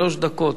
שלוש דקות.